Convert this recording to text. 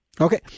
Okay